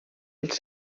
els